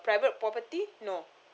private property no